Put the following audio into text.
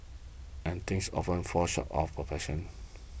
and things often fall short of perfection